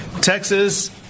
Texas